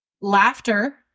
Laughter